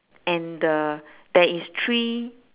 and the there is three